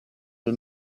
del